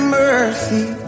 mercy